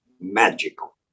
magical